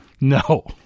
No